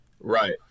Right